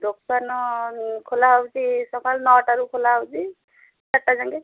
ଦୋକାନ ଖୋଲା ହେଉଛି ସକାଳ ନଅଟାରୁ ଖୋଲା ହେଉଛି ଚାରିଟା ଯାଏଁ